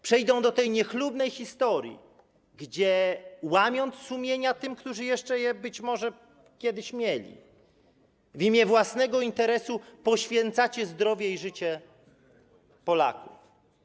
Przejdą do tej niechlubnej historii, gdzie łamiąc sumienia tym, którzy jeszcze je być może kiedyś mieli, w imię własnego interesu poświęcacie zdrowie i życie Polaków.